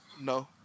No